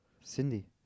Cindy